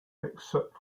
except